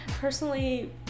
personally